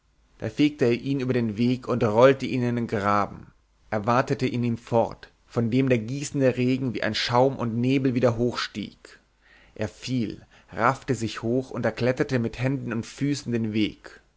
da fegte er ihn über den weg und rollte ihn in den graben er watete in ihm fort von dem der gießende regen wie ein schaum und nebel wieder hoch stieg er fiel raffte sich hoch und erkletterte mit händen und füßen den weg